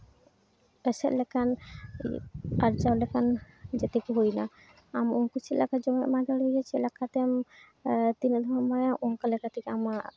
ᱮᱥᱮᱫ ᱞᱮᱠᱟᱱ ᱟᱨᱡᱟᱣ ᱞᱮᱠᱟᱱ ᱡᱟᱛᱤ ᱠᱚ ᱦᱩᱭᱮᱱᱟ ᱟᱢ ᱩᱱᱠᱩ ᱪᱮᱫ ᱞᱮᱠᱟ ᱡᱚᱢᱟᱜ ᱮᱢ ᱮᱢᱟ ᱫᱟᱲᱮᱣᱟᱭᱟ ᱪᱮᱫ ᱞᱮᱠᱟᱛᱮᱢ ᱛᱤᱱᱟᱹᱜ ᱫᱷᱟᱣᱮᱢ ᱮᱢᱟᱭᱟ ᱚᱱᱠᱟ ᱞᱮᱠᱟ ᱛᱮᱜᱮ ᱟᱢᱟᱜ